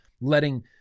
letting